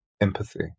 empathy